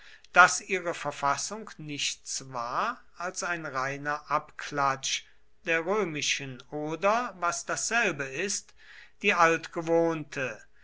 daß ihre verfassung nichts war als ein reiner abklatsch der römischen oder was dasselbe ist die altgewohnte